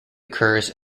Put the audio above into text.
occurs